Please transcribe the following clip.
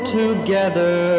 together